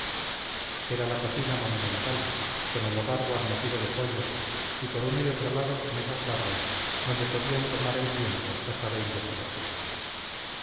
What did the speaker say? era la cocina monumental con el hogar guarnecido de poyos y por uno y otro lado mesas largas donde podían tomar el pienso hasta veinte parroquianos